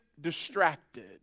distracted